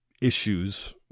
issues